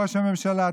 ראש הממשלה,